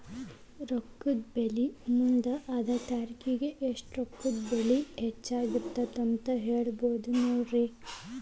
ರೊಕ್ಕದ ಬೆಲಿ ಮುಂದ ಅದ ತಾರಿಖಿಗಿ ಎಷ್ಟ ರೊಕ್ಕದ ಬೆಲಿ ಹೆಚ್ಚಾಗಿರತ್ತಂತ ಹೇಳುದಾ ಟಿ.ವಿ.ಎಂ